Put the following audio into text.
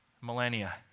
millennia